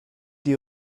die